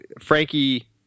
Frankie